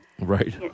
right